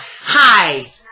Hi